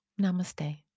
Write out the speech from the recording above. Namaste